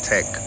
Tech